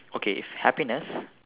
okay if happiness